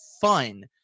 fun